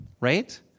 right